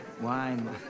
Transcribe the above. wine